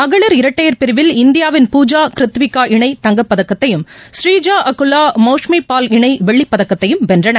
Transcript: மகளிர் இரட்டையர் பிரிவில் இந்தியாவின் பூஜா க்ருத்விகா இணை தங்கப்பதக்கத்தையும் ஸ்ரீஜா அக்குலா மௌஷ்மிபால் இணைவெள்ளிப் பதக்கத்தையும் வென்றன